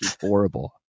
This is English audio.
horrible